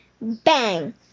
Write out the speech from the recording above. Bang